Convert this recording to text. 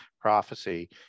prophecy